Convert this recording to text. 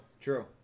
true